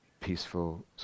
peaceful